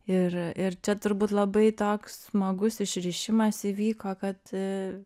ir ir čia turbūt labai toks smagus išrišimas įvyko kad